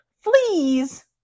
fleas